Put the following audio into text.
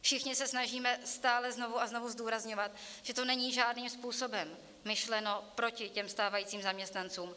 Všichni se snažíme stále znovu a znovu zdůrazňovat, že to není žádným způsobem myšleno proti těm stávajícím zaměstnancům.